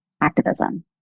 activism